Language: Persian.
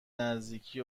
نزدیکی